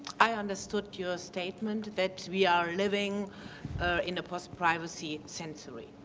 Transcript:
i understood your statement that we are living in a post-privacy century.